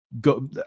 go